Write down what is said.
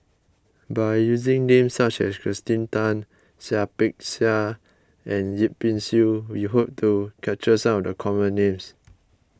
by using names such as Kirsten Tan Seah Peck Seah and Yip Pin Xiu we hope to capture some of the common names